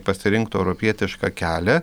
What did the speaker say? pasirinktų europietišką kelią